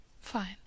Fine